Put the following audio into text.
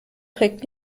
trägt